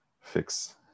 fix